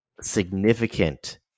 significant